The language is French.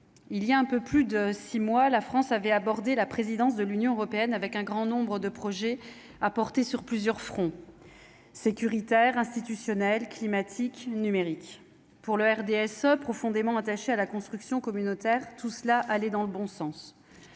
il y a un peu plus de 6 mois, la France avait abordé la présidence de l'Union européenne avec un grand nombre de projets à porter sur plusieurs fronts sécuritaire institutionnels climatique numérique pour le RDSE profondément attachés à la construction communautaire, tout cela allait dans le bon sens,